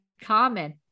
common